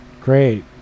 Great